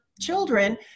children